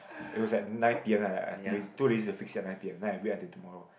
it was like nine P_M like that I too too lazy to fix it at nine P_M then I wait until tomorrow